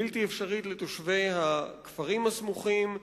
בלתי אפשרית, לתושבי הכפרים הסמוכים.